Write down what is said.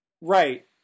Right